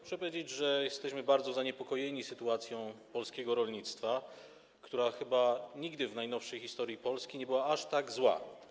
Muszę powiedzieć, że jesteśmy bardzo zaniepokojeni sytuacją polskiego rolnictwa, która chyba nigdy w najnowszej historii Polski nie była aż tak zła.